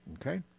Okay